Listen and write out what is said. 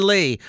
Lee